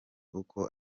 uko